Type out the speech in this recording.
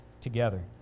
together